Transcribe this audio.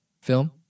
film